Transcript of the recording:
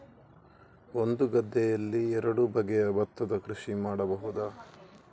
ಒಂದು ಗದ್ದೆಯಲ್ಲಿ ಎರಡು ಬಗೆಯ ಭತ್ತದ ಕೃಷಿ ಮಾಡಬಹುದಾ?